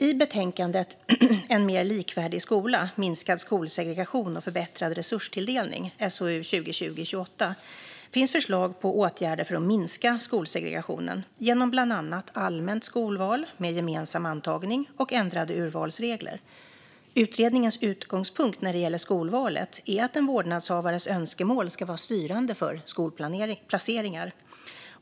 I betänkandet En mer likvärdig skola - minskad skolsegregation och förbättrad resurstilldelning finns förslag på åtgärder för att minska skolsegregationen genom bland annat allmänt skolval med gemensam antagning och ändrade urvalsregler. Utredningens utgångspunkt när det gäller skolvalet är att vårdnadshavares önskemål ska vara styrande för skolplaceringar.